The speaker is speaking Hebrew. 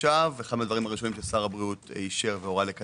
עכשיו וכמה דברים ששר הבריאות הורה לקדם.